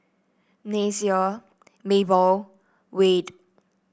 Nyasia Mable Wade